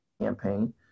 campaign